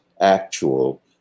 actual